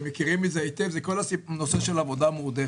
של עבודה מועדפת.